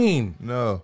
no